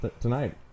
tonight